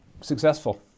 successful